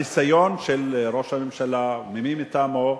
הניסיון של ראש הממשלה, מי מטעמו,